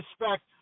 respect